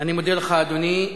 אני מודה לך, אדוני.